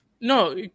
no